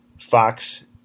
Fox